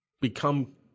become